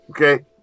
Okay